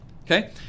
okay